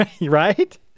right